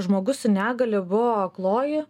žmogus su negalia buvo akloji